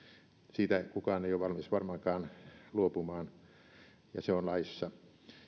siitä kukaan ei ole valmis varmaankaan luopumaan ja se on laissa